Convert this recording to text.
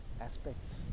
aspects